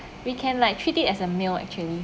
we can like treat it as a meal actually